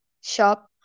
shop